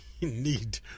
need